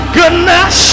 goodness